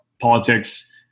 politics